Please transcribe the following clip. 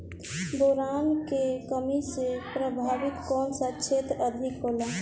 Boron के कमी से प्रभावित कौन सा क्षेत्र अधिक होला?